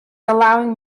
allowing